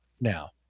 now